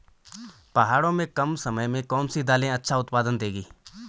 पहाड़ों में कम समय में कौन सी दालें अच्छा उत्पादन देंगी?